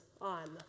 on